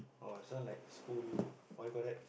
oh this one like school what you call that